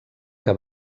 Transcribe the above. que